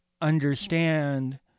understand